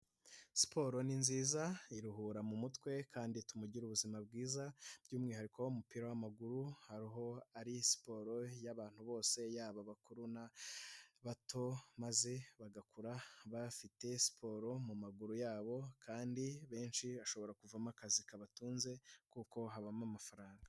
Siporo ni nziza, iruhura mu mutwe kandi ituma ugira ubuzima bwiza by'umwihariko umupira w'amaguru, ari siporo y'abantu bose yaba abakuru n'abato maze bagakura bafite siporo maguru yabo kandi benshi, hashobora kuvamo akazi kabatunze kuko habamo amafaranga.